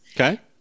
Okay